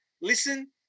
listen